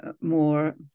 more